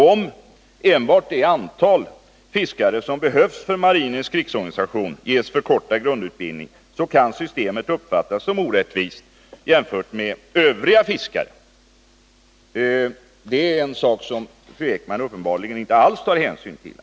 Om enbart det antal fiskare som behövs för marinens krigsorganisation ges förkortad grundutbildning, kommer det säkert att uppfattas som orättvist gentemot övriga fiskare. Det är en sak som fru Ekman uppenbarligen inte alls tar hänsyn till.